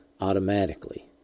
automatically